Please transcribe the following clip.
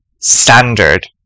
standard